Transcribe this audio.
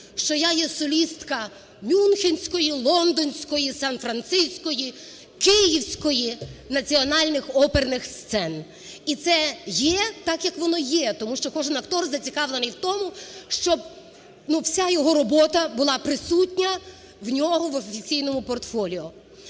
що я є солістка Мюнхенської, Лондонської, Сан-Франциської, Київської національних оперних сцен. І це є так, як воно є, тому що кожен актор зацікавлений в тому, щоб… ну вся його робота була присутня в нього в офіційному портфоліо.